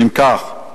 אם כך,